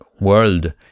world